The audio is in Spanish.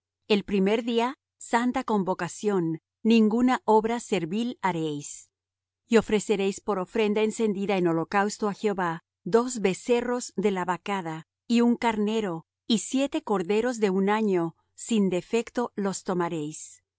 el primer día santa convocación ninguna obra servil haréis y ofreceréis por ofrenda encendida en holocausto á jehová dos becerros de la vacada y un carnero y siete corderos de un año sin defecto los tomaréis